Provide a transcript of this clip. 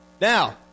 Now